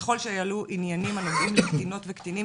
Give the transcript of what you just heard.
ככל שיעלו עניינים הנוגעים לקטינות וקטינים